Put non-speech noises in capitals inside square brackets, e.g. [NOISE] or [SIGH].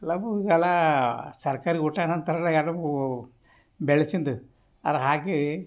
[UNINTELLIGIBLE] ಸರ್ಕಾರಿ ಊಟ ಏನೋ ಅಂತಾರಲ್ಲ ಯಾರಿಗೂ ಬೆಳ್ಸಿಂದ ಅದು ಹಾಕೀ